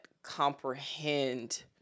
comprehend